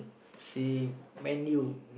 she man you